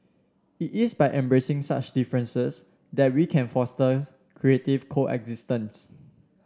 it is by embracing such differences that we can foster creative coexistence